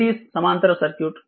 series సమాంతర circuit